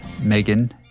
Megan